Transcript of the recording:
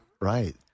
Right